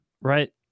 right